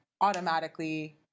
automatically